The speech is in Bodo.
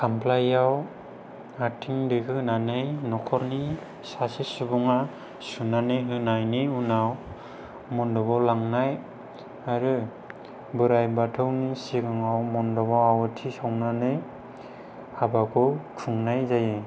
खामफ्लायाव आथिं दिखंहोनानै न'खरनि सासे सुबुङा सुनानै होनायनि उनाव मन्दबाव लांनाय आरो बोराय बाथौनि सिगाङाव मन्दबाव आवाथि सावनानै हाबाखौ खुंनाय जायो